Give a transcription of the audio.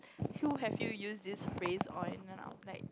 who have you used this phrase on then I'm like